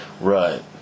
Right